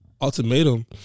ultimatum